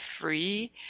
free